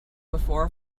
before